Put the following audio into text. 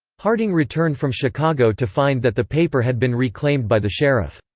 harding returned from chicago to find that the paper had been reclaimed by the sheriff.